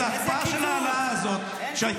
ההקפאה של ההעלאה הזאת ----- קיצוץ?